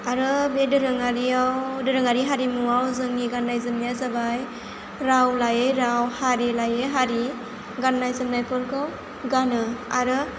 आरो बे दोरोङारियाव दोरोङारि हारिमुआव जोंनि गाननाय जोमनाया जाबाय राव लायै राव हारि लायै हारि गाननाय जोमनायफोरखौ गानो आरो